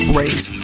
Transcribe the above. race